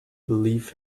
believe